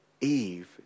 Eve